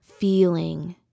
feeling